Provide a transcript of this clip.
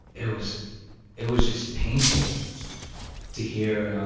it was it was just painful to hear